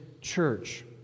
church